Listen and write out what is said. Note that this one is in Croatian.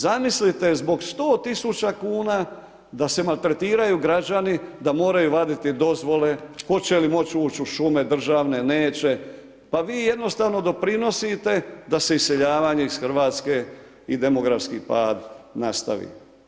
Zamislite zbog 100 000 kuna da se maltretiraju građani da moraju vaditi dozvole, hoće li moći uči u šume državne, neće, pa vi jednostavno doprinosite da se iseljavanje iz Hrvatske i demografski pad nastavi.